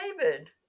David